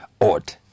odd